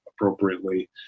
appropriately